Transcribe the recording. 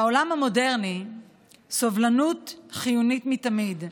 בעולם המודרני סובלנות חיונית מתמיד.